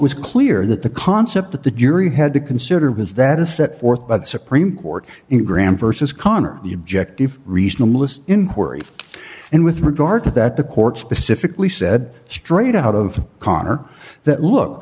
was clear that the concept that the jury had to consider was that a set forth by the supreme court in graham versus conner the objective reasonable list inquiry and with regard to that the court specifically said straight out of connor that look